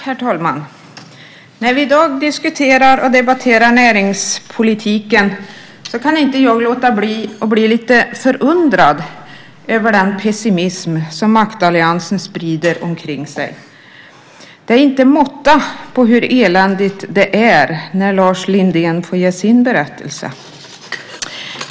Herr talman! När vi i dag diskuterar och debatterar näringspolitiken kan jag inte låta bli att bli lite förundrad över den pessimism som maktalliansen sprider omkring sig. Det är inte måtta på hur eländigt det är när Lars Lindén får ge sin berättelse.